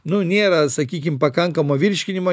nu nėra sakykim pakankamo virškinimo